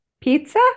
pizza